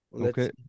Okay